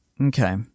Okay